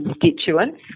constituents